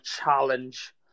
challenge